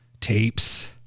tapes